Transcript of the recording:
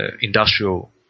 industrial